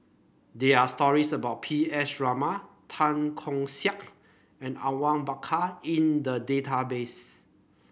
there are stories about P S Raman Tan Keong Saik and Awang Bakar in the database